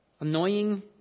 annoying